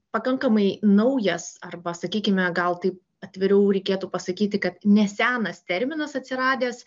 pakankamai naujas arba sakykime gal taip atviriau reikėtų pasakyti kad ne senas terminas atsiradęs